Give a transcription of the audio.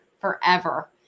forever